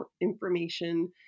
information